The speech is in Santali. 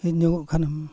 ᱦᱮᱡ ᱧᱚᱜᱚᱜ ᱠᱷᱟᱱᱮᱢ